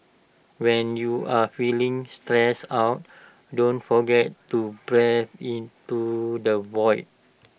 when you are feeling stressed out don't forget to breathe into the void